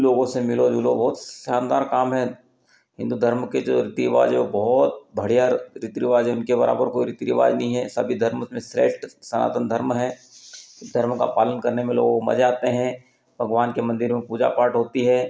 लोगों से मिलो जुलो बहुत शानदार काम है हिन्दू धर्म के जो रीति रिवाज है वह बहुत बढ़िया रीति रिवाज है उनके बराबर कोई रीति रिवाज नहीं है सभी धर्मों में श्रेष्ठ सनातन धर्म है इस धर्म का पालन करने में लोगों को मज़ा आते हैं भगवान के मंदिरों में पूजा पाठ होती है